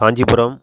Kanchipuram